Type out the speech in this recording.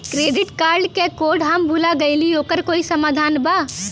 Credit card क code हम भूल गइली ओकर कोई समाधान बा?